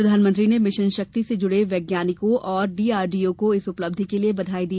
प्रधानमंत्री ने मिशन शक्ति से जुड़े वैज्ञानिकों और डीआरडीओ को इस उपलब्धि के लिए बधाई दी